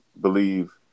believe